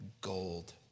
gold